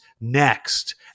next